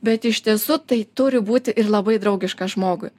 bet iš tiesų tai turi būti ir labai draugiška žmogui